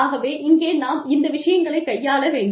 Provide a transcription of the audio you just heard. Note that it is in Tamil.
ஆகவே இங்கே நாம் இந்த விஷயங்களை கையாள வேண்டும்